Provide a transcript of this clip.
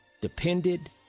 depended